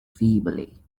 feebly